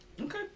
Okay